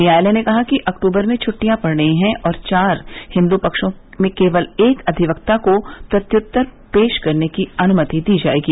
न्यायालय ने कहा कि अक्तूबर में छुट्टियां पड़ रही हैं और चार हिन्दु पक्षों के केवल एक अधिवक्ता को प्रत्युत्तर पेश करने की अनुमति दी जाएगी